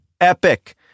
epic